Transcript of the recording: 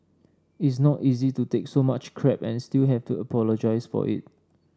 it's not easy to take so much crap and still have to apologise for it